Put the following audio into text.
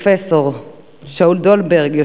פרופסור שאול דולברג,